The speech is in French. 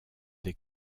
des